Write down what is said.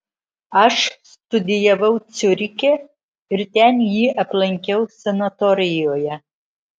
aš studijavau ciuriche ir ten jį aplankiau sanatorijoje